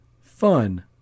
fun